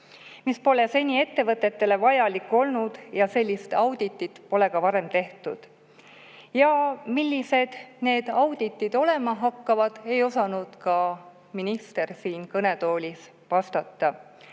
mis pole seni ettevõtetele vajalik olnud ja sellist auditit pole varem ka tehtud. Ja millised need auditid olema hakkavad, ei osanud ka minister siin kõnetoolis vastata.